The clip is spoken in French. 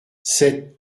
sept